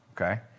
okay